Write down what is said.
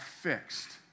fixed